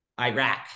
Iraq